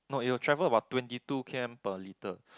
no it will travel about twenty two K_M per liter